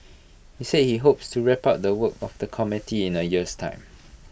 he said he hopes to wrap up the work of the committee in A year's time